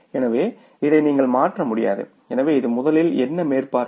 எனவே இதை நீங்கள் மாற்ற முடியாது எனவே இது முதலில் என்ன மேற்பார்வை